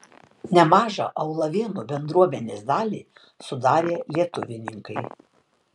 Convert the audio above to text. nemažą aulavėnų bendruomenės dalį sudarė lietuvininkai